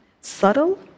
subtle